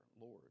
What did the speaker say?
lord